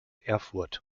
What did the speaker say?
erfurt